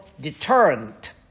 deterrent